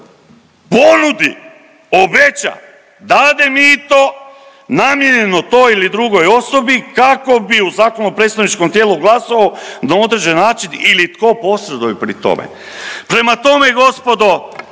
ponudi, obeća, dade mito namijenjeno toj ili drugoj osobi kako bi u zakonodavno-predstavničkom tijelu glasovao na određeni način ili tko posreduje pri tome. Prema tome gospodo